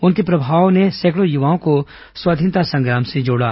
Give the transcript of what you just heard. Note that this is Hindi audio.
उनके प्रभाव ने सैकड़ों युवाओं को स्वाधीनता संग्राम से जोड़ा